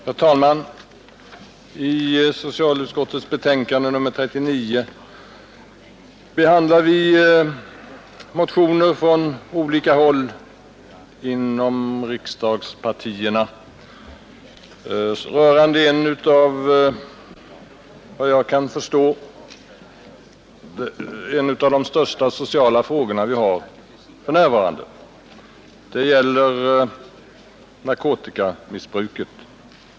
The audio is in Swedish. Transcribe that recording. Herr talman! I socialutskottets betänkande nr 39 behandlas motioner från olika håll inom riksdagspartierna rörande en av de största sociala frågor som vi har för närvarande, efter vad jag kan förstå. Det gäller narkotikamissbruket.